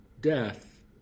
death